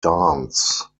dance